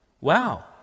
Wow